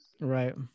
right